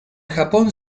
japón